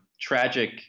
tragic